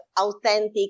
authentic